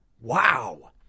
Wow